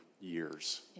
years